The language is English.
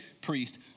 priest